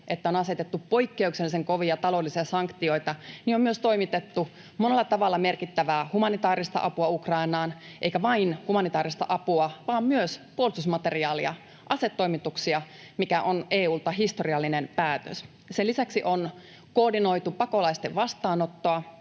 että on asetettu poikkeuksellisen kovia taloudellisia sanktioita, on myös toimitettu monella tavalla merkittävää humanitaarista apua Ukrainaan — eikä vain humanitaarista apua, vaan myös puolustusmateriaalia, asetoimituksia, mikä on EU:lta historiallinen päätös. Sen lisäksi on koordinoitu pakolaisten vastaanottoa,